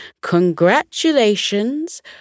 Congratulations